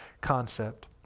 concept